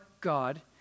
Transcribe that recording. God